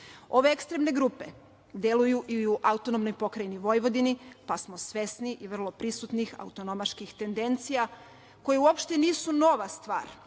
ekstremne grupe deluju i u AP Vojvodini, pa smo svesni i vrlo prisutnih autonomaških tendencija, koje uopšte nisu nova stvar,